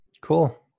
Cool